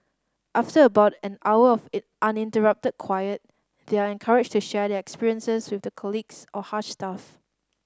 after about an hour of it uninterrupted quiet they are encouraged to share their experiences with their colleagues or Hush staff